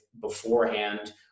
beforehand